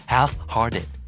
Half-hearted